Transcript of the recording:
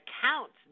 counts